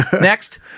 Next